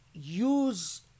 use